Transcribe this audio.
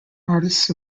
artists